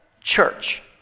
church